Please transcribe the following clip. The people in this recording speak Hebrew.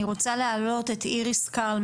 אני רוצה להעלות את אירס קרל,